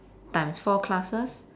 times four classes